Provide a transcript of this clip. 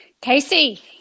Casey